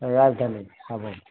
ৰাজধানী হাবং